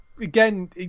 again